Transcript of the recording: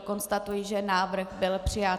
Konstatuji, že návrh byl přijat.